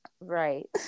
Right